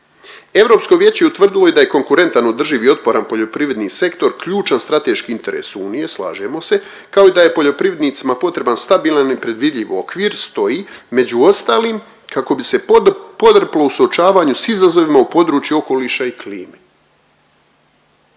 Europsko vijeće je utvrdilo i da je konkurentan, održiv i otporan poljoprivredni sektor ključan strateški interes unije, slažemo se, kao i da je poljoprivrednicima potreban stabilan i predvidljiv okvir, stoji, među ostalim kako bi se podrplo u suočavanju s izazovima u području okoliša i klime.